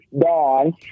Dawn